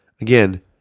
Again